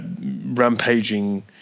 rampaging